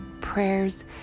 prayers